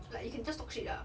like you can just talk shit lah